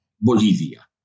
Bolivia